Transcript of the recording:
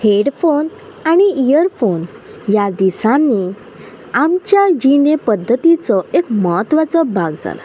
headphone आनी earphone ह्या दिसांनी आमच्या जिणे पद्दतीचो एक म्हत्वाचो भाग जाला